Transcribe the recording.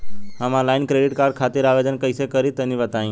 हम online credit card खातिर आवेदन कइसे करि तनि बताई?